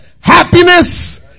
happiness